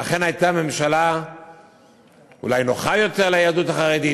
אכן הייתה ממשלה אולי נוחה יותר ליהדות החרדית,